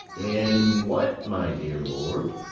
in what, my dear lord?